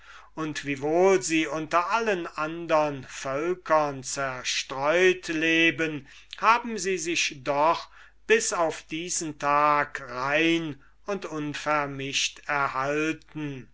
und wiewohl sie unter allen andern völkern zerstreut leben haben sie sich doch bis auf diesen tag rein und unvermischt erhalten